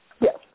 Yes